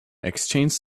exchanged